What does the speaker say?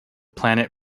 planet